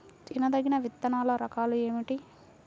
తినదగిన విత్తనాల రకాలు ఏమిటి?